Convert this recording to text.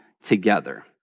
together